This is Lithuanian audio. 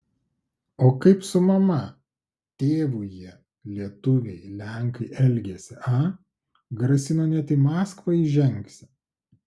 o kaip su mama tėvu jie lietuviai lenkai elgėsi a grasino net į maskvą įžengsią